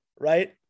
Right